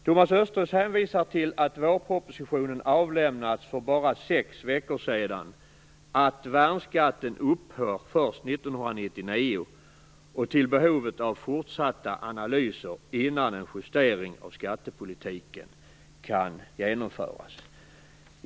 Thomas Östros hänvisar till att vårpropositionen avlämnats för bara sex veckor sedan, till att värnskatten upphör först 1999 och till behovet av fortsatta analyser innan en justering av skattepolitiken kan genomföras.